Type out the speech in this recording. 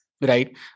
right